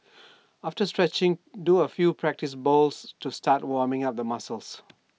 after stretching do A few practice bowls to start warming up the muscles